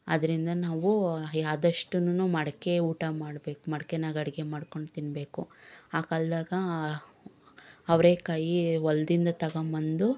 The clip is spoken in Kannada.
ಆದ್ರರಿಂದ ನಾವು ಆದಷ್ಟೂನು ಮಡಿಕೆ ಊಟ ಮಾಡಬೇಕು ಮಡ್ಕೆಯಾಗೆ ಅಡುಗೆ ಮಾಡ್ಕೊಂಡು ತಿನ್ನಬೇಕು ಆ ಕಾಲದಾಗ ಅವರೆಕಾಯಿ ಹೊಲ್ದಿಂದ ತಗೊಂಬಂದು